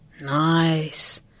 nice